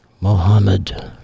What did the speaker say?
Mohammed